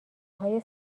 های